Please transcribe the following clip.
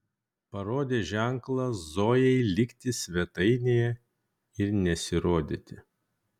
parodė ženklą zojai likti svetainėje ir nesirodyti